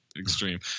extreme